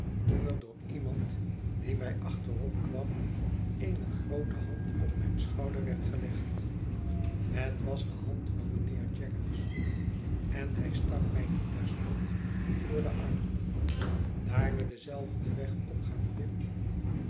toen er door iemand die mij achteropkwam eene groote hand op mijn schouder werd gelegd het was de hand van mijnheer jaggers en hij stak mij die terstond door den arm daar we denzelfden weg opgaan pip